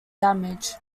damage